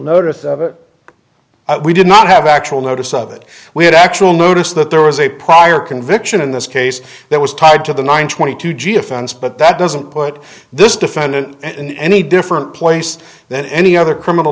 notice we did not have actual notice of it we had actual notice that there was a prior conviction in this case that was tied to the nine twenty two g offense but that doesn't put this defendant in any different place than any other criminal